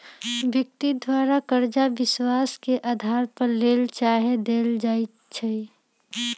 व्यक्ति द्वारा करजा विश्वास के अधार पर लेल चाहे देल जाइ छइ